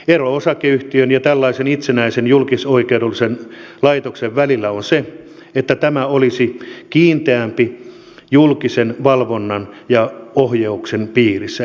ero osakeyhtiön ja tällaisen itsenäisen julkisoikeudellisen laitoksen välillä on se että tämä olisi kiinteämmin julkisen valvonnan ja ohjauksen piirissä